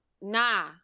Nah